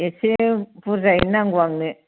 एसे बुरजायैनो नांगौ आंनो